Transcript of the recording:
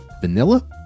vanilla